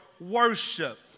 worship